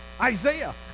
Isaiah